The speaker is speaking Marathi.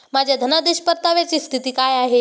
माझ्या धनादेश परताव्याची स्थिती काय आहे?